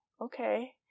okay